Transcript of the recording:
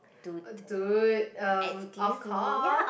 dude um of course